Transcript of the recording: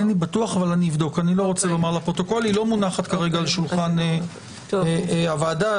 לא מונחת כרגע על שולחן הוועדה.